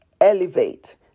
elevate